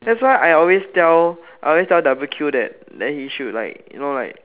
that's why I always tell I always tell W_Q that he should like you know like